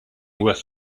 worth